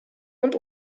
und